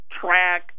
track